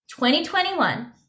2021